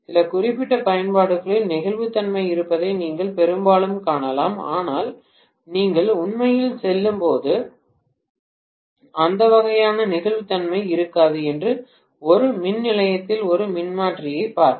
சில குறிப்பிட்ட பயன்பாடுகளில் நெகிழ்வுத்தன்மை இருப்பதை நீங்கள் பெரும்பாலும் காணலாம் ஆனால் நீங்கள் உண்மையில் செல்லும்போது அந்த வகையான நெகிழ்வுத்தன்மை இருக்காது சென்று ஒரு மின்நிலையத்தில் ஒரு மின்மாற்றியைப் பார்க்கவும்